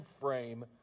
frame